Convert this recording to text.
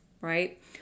right